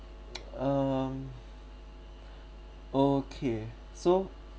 um okay so